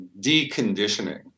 deconditioning